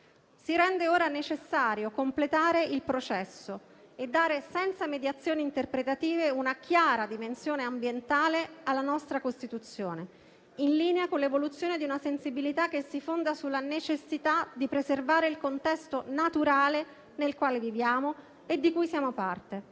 Si rende ora necessario completare il processo e dare senza mediazioni interpretative una chiara dimensione ambientale alla nostra Costituzione, in linea con l'evoluzione di una sensibilità che si fonda sulla necessità di preservare il contesto naturale nel quale viviamo e di cui siamo parte.